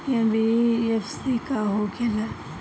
NBFC का होंखे ला?